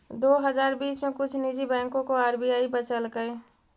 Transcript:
दो हजार बीस में कुछ निजी बैंकों को आर.बी.आई बचलकइ